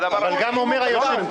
אבל היושב-ראש גם אומר --- שלמה,